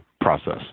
process